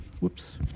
Whoops